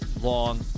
long